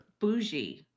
Bougie